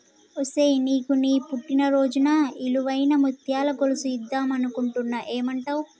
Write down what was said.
ఒసేయ్ నీకు నీ పుట్టిన రోజున ఇలువైన ముత్యాల గొలుసు ఇద్దం అనుకుంటున్న ఏమంటావ్